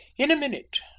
in a minute,